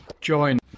join